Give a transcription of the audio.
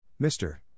Mr